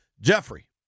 Jeffrey